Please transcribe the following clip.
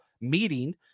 meeting